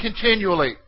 continually